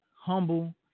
humble